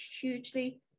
hugely